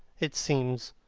it seems.